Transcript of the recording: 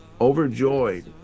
overjoyed